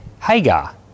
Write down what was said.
Hagar